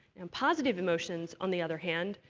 and positive emotions, on the other hand,